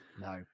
no